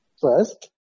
first